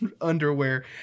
underwear